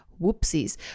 Whoopsies